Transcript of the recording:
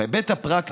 בהיבט הפרקטי,